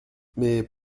mais